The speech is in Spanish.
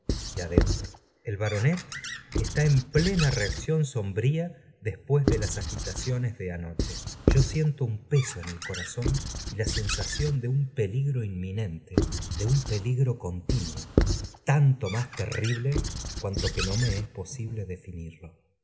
y adentro el baronet está en plena reacción sombría después de las agitaciones de anoche yo siento un peso en el corazón y la sensación de un peligro inminen ía ü ú y j i r v v de